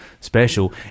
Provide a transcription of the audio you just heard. special